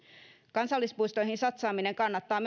kansallispuistoihin satsaaminen kannattaa